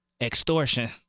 Extortion